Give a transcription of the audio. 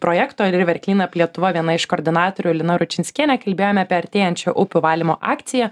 projekto river cleanup lietuva viena iš koordinatorių lina ručinskienė kalbėjome apie artėjančią upių valymo akciją